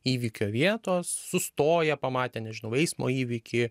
įvykio vietos sustoję pamatę nežinau eismo įvykį